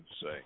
say